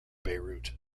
beirut